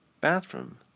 bathroom